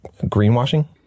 greenwashing